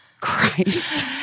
Christ